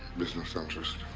business interests.